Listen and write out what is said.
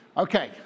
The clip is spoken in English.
Okay